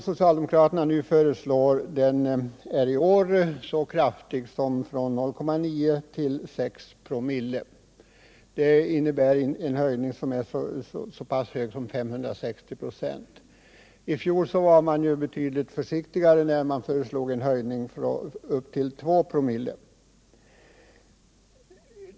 Socialdemokraterna föreslår i år en kraftig höjning, från 0,9 till 6 promille. Det innebär en höjning med 560 96. I fjol var man betydligt försiktigare och föreslog en höjning upp till 2 promille.